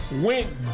went